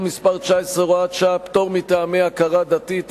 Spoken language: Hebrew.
מס' 19) (הוראת שעה) (פטור מטעמי הכרה דתית),